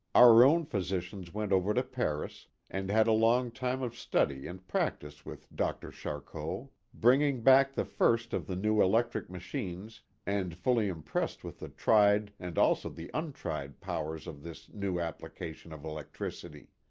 our own physician went over to paris and had a long time of study and practice with dr. charcot. bringing back the first of the new electric machines and fully impressed with the tried and also the untried powers of this new application of electricity.